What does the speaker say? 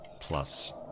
plus